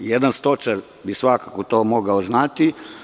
Jedan stočar bi svakako to mogao znati.